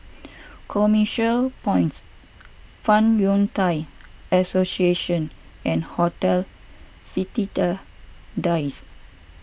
Commercial Points Fong Yun Thai Association and Hotel Citedadines